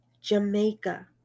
jamaica